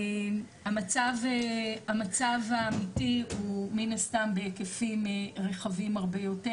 המצב האמיתי הוא מן הסתם בהיקפים רחבים הרבה יותר,